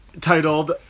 Titled